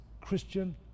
Christian